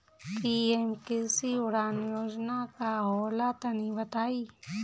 PM कृषि उड़ान योजना का होला तनि बताई?